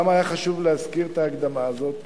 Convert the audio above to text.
למה היה חשוב להזכיר את ההקדמה הזאת?